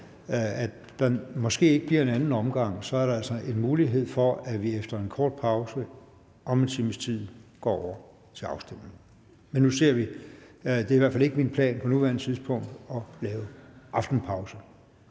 at der måske ikke bliver en anden omgang. Så der er altså mulighed for, at vi efter en kort pause om en times tid går til afstemning. Men nu ser vi. Det er i hvert fald ikke min plan på nuværende tidspunkt at lave aftenpause.